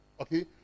okay